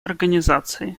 организации